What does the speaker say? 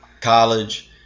college